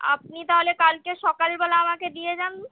আপনি তাহলে কালকে সকালবেলা আমাকে দিয়ে যান